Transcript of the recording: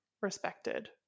respected